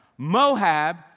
Moab